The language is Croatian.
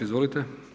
Izvolite.